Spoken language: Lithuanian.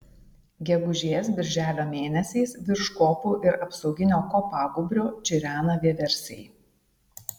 gegužės birželio mėnesiais virš kopų ir apsauginio kopagūbrio čirena vieversiai